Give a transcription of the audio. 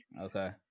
okay